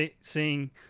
seeing